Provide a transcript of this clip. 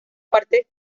parte